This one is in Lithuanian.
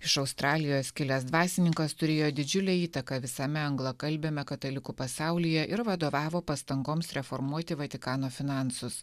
iš australijos kilęs dvasininkas turėjo didžiulę įtaką visame anglakalbiame katalikų pasaulyje ir vadovavo pastangoms reformuoti vatikano finansus